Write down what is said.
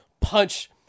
punch